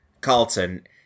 Carlton